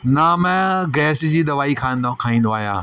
न में गैस जी दवाई खादों खाईंदो आहियां